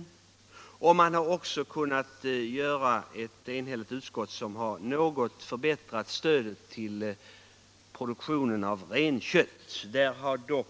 Utskottet har även varit enigt om att något förbättra stödet till produktionen av renkött. Där har dock